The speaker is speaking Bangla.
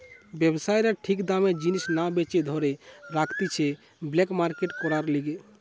ব্যবসায়ীরা ঠিক দামে জিনিস না বেচে ধরে রাখতিছে ব্ল্যাক মার্কেট করার লিগে